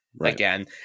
again